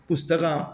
पुस्तकां